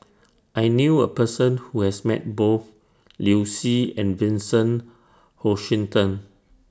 I knew A Person Who has Met Both Liu Si and Vincent Hoisington